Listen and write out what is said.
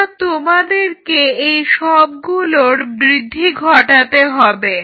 এবার তোমাদেরকে এই সবগুলোর বৃদ্ধি ঘটাতে হবে